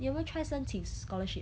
你有没有 try 申请 scholarship